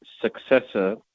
successor